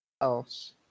Else